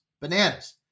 Bananas